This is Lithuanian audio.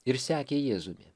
ir sekė jėzumi